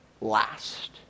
last